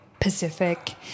Pacific